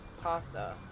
pasta